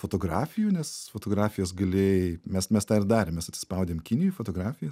fotografijų nes fotografijas galėjai mes mes tą ir darėm mes atsispaudėm kinijoj fotografijas